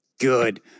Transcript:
Good